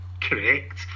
correct